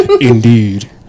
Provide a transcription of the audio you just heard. Indeed